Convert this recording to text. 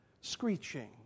Screeching